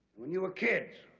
when you were kids,